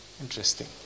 Interesting